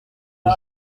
est